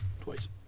Twice